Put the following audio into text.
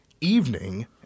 evening